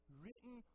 written